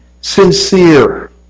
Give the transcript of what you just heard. sincere